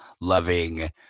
loving